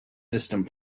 distant